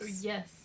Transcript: Yes